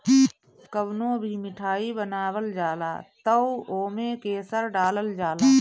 कवनो भी मिठाई बनावल जाला तअ ओमे केसर डालल जाला